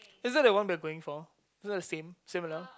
isn't that the one we are going for isn't that the same similar